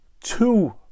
two